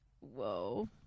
Whoa